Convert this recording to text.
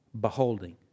beholding